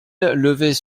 levait